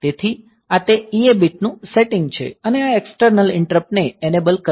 તેથી આ તે EA બીટ નું સેટિંગ છે અને આ એક્સટર્નલ ઈંટરપ્ટ ને એનેબલ કરે છે